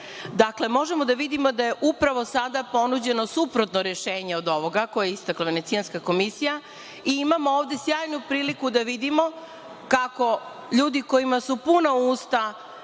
Dakle, možemo da vidimo da je upravo sada ponuđeno suprotno rešenje od ovoga koje je istakla Venecijanska komisija i imamo ovde sjajnu priliku da vidimo kako ljudi kojima su puna usta